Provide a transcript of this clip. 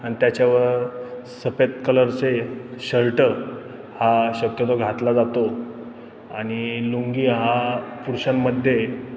आणि त्याच्यावर सफेद कलरचे शर्ट हा शक्यतो घातला जातो आणि लुंगी हा पुरुषांमध्ये